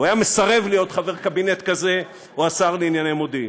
הוא היה מסרב להיות חבר קבינט כזה או השר לענייני מודיעין.